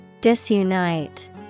Disunite